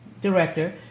director